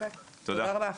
תודה רבה.